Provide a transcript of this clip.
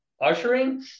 ushering